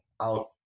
out